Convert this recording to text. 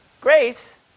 Grace